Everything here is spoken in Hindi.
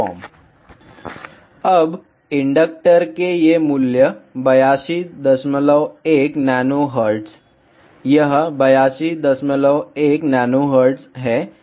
vlcsnap 2018 09 20 15h03m47s169 अब इंडक्टर के ये मूल्य 821 nH यह 821nH है